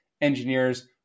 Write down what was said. engineers